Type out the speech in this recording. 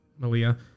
Malia